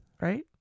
right